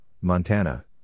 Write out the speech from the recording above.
Montana